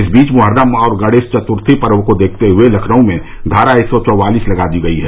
इस बीच मोहर्रम और गणेश चतुर्थी पर्व को देखते हुए लखनऊ में धारा एक सौ चौवालिस लगा दी गई है